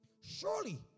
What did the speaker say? Surely